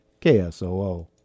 ksoo